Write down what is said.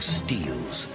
steals